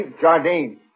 Jardine